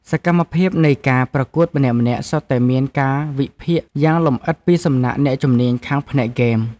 សកម្មភាពនៃការប្រកួតម្នាក់ៗសុទ្ធតែមានការវិភាគយ៉ាងលម្អិតពីសំណាក់អ្នកជំនាញខាងផ្នែកហ្គេម។